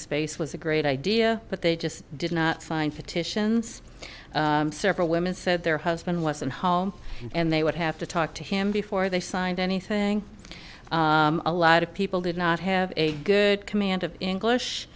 space was a great idea but they just did not find petitions several women said their husband wasn't home and they would have to talk to him before they signed anything a lot of people did not have a good command of english